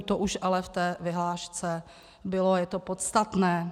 To už ale ve vyhlášce bylo a je to podstatné.